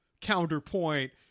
counterpoint